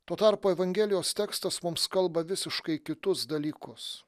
tuo tarpu evangelijos tekstas mums kalba visiškai kitus dalykus